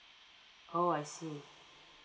oh I see